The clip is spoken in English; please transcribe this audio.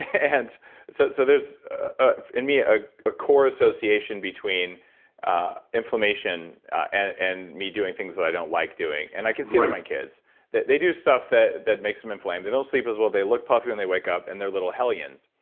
ah and so so there's ah in me ah a core association between inflammation and me doing things that i don't like doing. and i can see it with my kids that they do stuff that that makes them inflamed. they don't sleep as well. they look puffy when they wake up. and they're little hellions.